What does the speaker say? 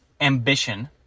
Ambition